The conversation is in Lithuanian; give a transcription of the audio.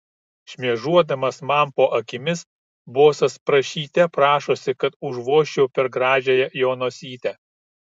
šmėžuodamas man po akimis bosas prašyte prašosi kad užvožčiau per gražiąją jo nosytę